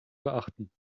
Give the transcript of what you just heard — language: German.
beachten